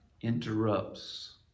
interrupts